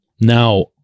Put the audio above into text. Now